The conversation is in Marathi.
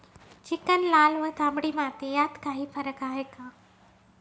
चिकण, लाल व तांबडी माती यात काही फरक आहे का?